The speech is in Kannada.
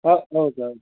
ಹಾಂ ಹೌದ್ ಹೌದ್